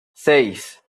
seis